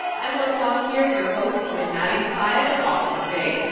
emily kwong here, your host when maddie sofia is off for the day.